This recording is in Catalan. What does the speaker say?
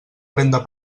renda